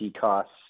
costs